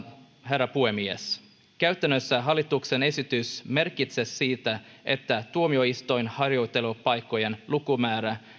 herra puhemies käytännössä hallituksen esitys merkitsee sitä että sellaisten tuomioistuinharjoittelupaikkojen lukumäärä